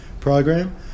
program